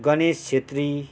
Ganesh Chhetri